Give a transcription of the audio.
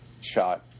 shot